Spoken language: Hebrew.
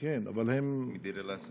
תרגומם: מי ייתן ואלוהים